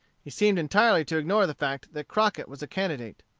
he seemed entirely to ignore the fact that crockett was a candidate.